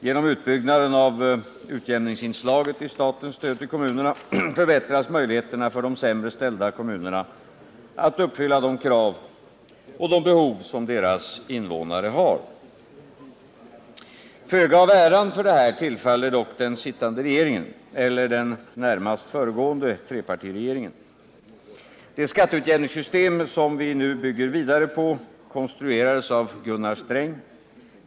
Genom utbyggnaden av utjämningsinslaget i statens stöd till kommunerna förbättras möjligheterna för de sämre ställda kommunerna att uppfylla de krav och tillgodose de behov som deras invånare har. Föga av äran för det här tillfaller dock den sittande regeringen eller den närmast föregående, trepartiregeringen. Det skatteutjämningssystem som vi nu bygger vidare på konstruerades av Gunnar Sträng.